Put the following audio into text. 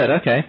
Okay